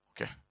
okay